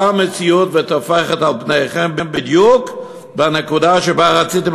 באה המציאות וטופחת על פניכם בדיוק בנקודה שבה רציתם